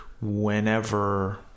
whenever